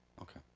okay,